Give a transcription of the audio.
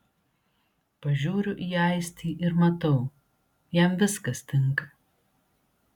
pažiūriu į aistį ir matau jam viskas tinka